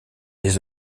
les